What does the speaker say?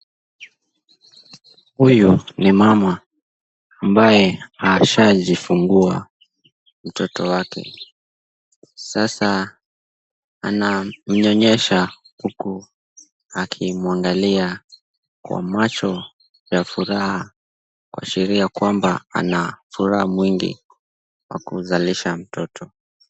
Huyu ni mama ambaye ashajifungua mtoto wake sasa anamnyonyesha huku akimwangalia kwa macho ya furaha kuashiria kwamba ana furaha mwingi kwa kuzalisha mtoto.